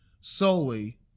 solely